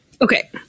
Okay